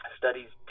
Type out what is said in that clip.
studies